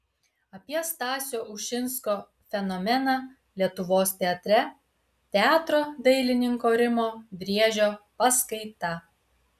apie stasio ušinsko fenomeną lietuvos teatre teatro dailininko rimo driežio paskaita